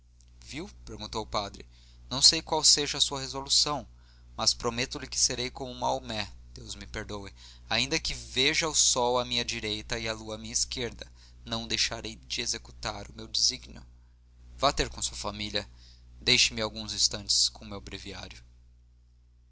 viu perguntou o padre não sei qual seja a sua resolução mas prometo lhe que serei como maomé deus me perdoe ainda que veja o sol à minha direita e a lua à minha esquerda não deixarei de executar o meu desígnio vá ter com sua família deixe-me alguns instantes com o meu breviário